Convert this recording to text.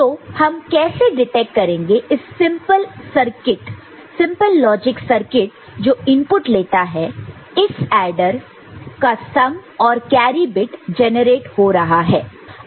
तो हम कैसे डिटेक्ट करेंगे इस सिंपल लॉजिक सर्किट जो इनपुट लेता है इस एडर सम और कैरी बिट जेनरेट हो रहा है